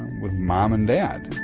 with mum um and dad?